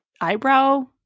eyebrow